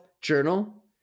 Journal